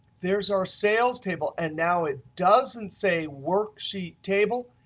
there is our sales table and now it doesn't say worksheet table,